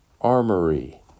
armory